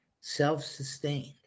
self-sustained